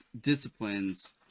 disciplines